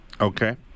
Okay